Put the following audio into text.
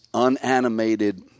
unanimated